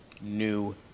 new